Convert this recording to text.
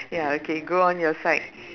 ya okay go on your side